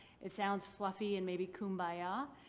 it sounds fluffy and maybe kum-ba-yah,